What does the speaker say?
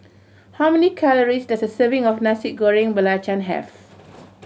how many calories does a serving of Nasi Goreng Belacan have